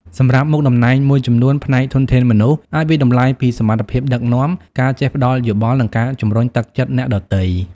សម្រាប់មុខតំណែងមួយចំនួន ផ្នែកធនធានមនុស្ស អាចវាយតម្លៃពីសមត្ថភាពដឹកនាំ ការចេះផ្ដល់យោបល់ និងការជំរុញទឹកចិត្តអ្នកដទៃ។